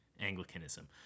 Anglicanism